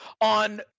on